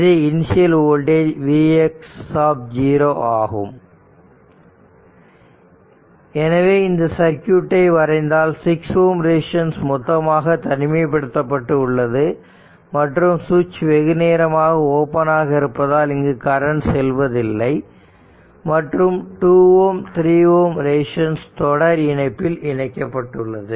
இது initial voltage v x ஆகும் எனவே இந்த சர்க்யூட்டை வரைந்தால் 6Ω ரெசிஸ்டன்ஸ் மொத்தமாக தனிமைப்படுத்தப்பட்டு உள்ளது மற்றும் சுவிட்ச் வெகுநேரமாக ஓபன் ஆக இருப்பதால் இங்கு கரண்ட் செல்வதில்லை மற்றும் இந்த 2 Ω 3 Ω ரெசிஸ்டன்ஸ் தொடர் இணைப்பில் இணைக்கப்பட்டுள்ளது